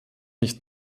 nicht